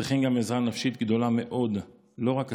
צריכים גם עזרה נפשית גדולה מאוד, לא רק כספית,